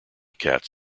cats